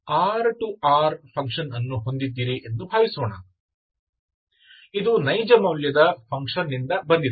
ಆದ್ದರಿಂದ ನೀವು F R → R function ಅನ್ನು ಹೊಂದಿದ್ದೀರಿ ಎಂದು ಭಾವಿಸೋಣ ಇದು ನೈಜಮೌಲ್ಯದ ಫಂಕ್ಷನ್ನಿಂದ ಬಂದಿದೆ